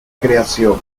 creación